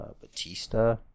Batista